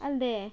ಅಲ್ಲದೇ